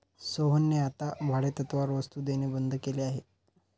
सोहनने आता भाडेतत्त्वावर वस्तु देणे बंद केले आहे